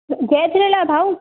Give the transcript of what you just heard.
जय झूलेलाल भाउ